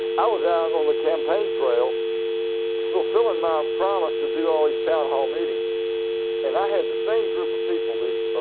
i was out on a campaign trail fulfilling my um promise to do all these town hall meetings and i had the same group of people these